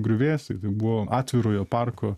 griuvėsiai tai buvo atvirojo parko